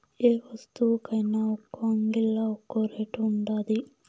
యే వస్తువుకైన ఒక్కో అంగిల్లా ఒక్కో రేటు ఉండాది